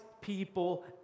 people